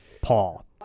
Paul